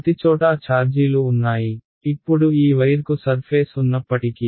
ప్రతిచోటా ఛార్జీలు ఉన్నాయి ఇప్పుడు ఈ వైర్కు సర్ఫేస్ ఉన్నప్పటికీ